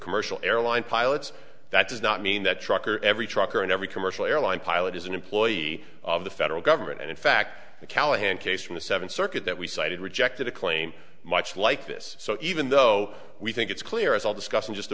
commercial airline pilots that does not mean that trucker every trucker and every commercial airline pilot is an employee of the federal government and in fact the callahan case from the seven circuit that we cited rejected a claim much like this so even though we think it's clear as i'll discuss in just a